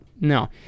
No